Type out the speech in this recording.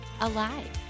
alive